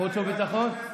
אני חושב שוועדת החוקה.